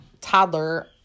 toddler